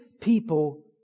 people